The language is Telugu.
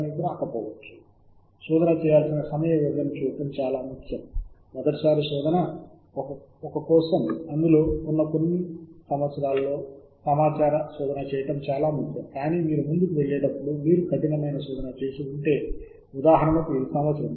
ఏదేమైనా అన్ని సబ్జెక్టులను తెరిచి ఉంచడం మంచిది మీరు ఇంటర్ డిసిప్లినరీ ఫలితాలను కనుగొనవచ్చు